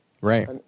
Right